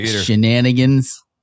Shenanigans